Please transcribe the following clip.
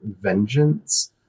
vengeance